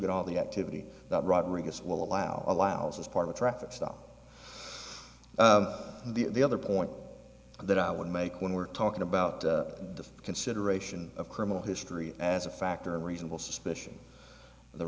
get all the activity that rodriguez will allow allows as part of a traffic stop the other point that i would make when we're talking about the consideration of criminal history as a factor in reasonable suspicion